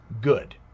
good